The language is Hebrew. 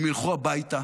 הם ילכו הביתה